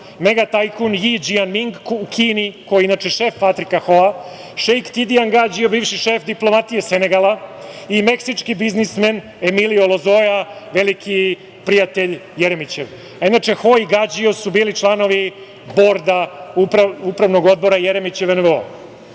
mega tajkun Ji Đijan Ming u Kini, koji je inače šef Patrika Hoa, Šeik Tidijan Gađio, bivši šef diplomatije Senegala, i meksički biznismen Emilio Lozoja, veliki prijatelj Jeremićev. Inače, Ho i Gađio su bili članovi borda upravnog odbora Jeremićeve NVO.